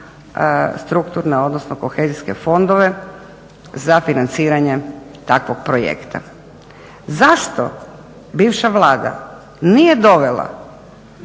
strukturne, odnosno kohezijske fondove za financiranje takvog projekta. Zašto bivša Vlada nije dovela